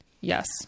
Yes